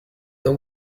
the